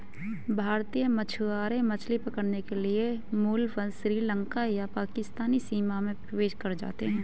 भारतीय मछुआरे मछली पकड़ने के लिए भूलवश श्रीलंका या पाकिस्तानी सीमा में प्रवेश कर जाते हैं